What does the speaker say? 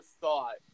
thought